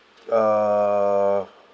uh